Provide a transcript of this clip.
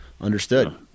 Understood